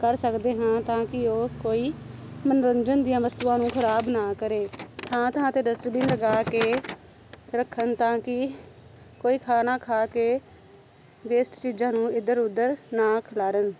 ਕਰ ਸਕਦੇ ਹਾਂ ਤਾਂ ਕਿ ਉਹ ਕੋਈ ਮਨੋਰੰਜਨ ਦੀਆਂ ਵਸਤੂਆਂ ਨੂੰ ਖ਼ਰਾਬ ਨਾ ਕਰੇ ਥਾਂ ਥਾਂ 'ਤੇ ਡਸਟਬਿਨ ਲਗਾ ਕੇ ਰੱਖਣ ਤਾਂ ਕਿ ਕੋਈ ਖਾਣਾ ਖਾ ਕੇ ਵੇਸਟ ਚੀਜ਼ਾਂ ਨੂੰ ਇੱਧਰ ਉੱਧਰ ਨਾ ਖਿਲਾਰਨ